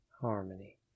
Harmony